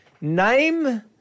Name